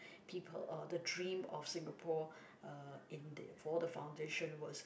people uh the dream of Singapore uh in the for the foundation was